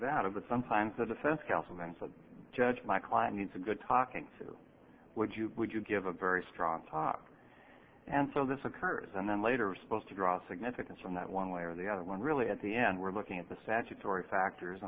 the sometimes the defense counsel my judge my client needs a good talking to would you would you give a very strong and so this occurs and then later suppose to draw significance from that one way or the other when really at the end we're looking at the statutory factors